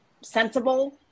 sensible